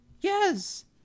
Yes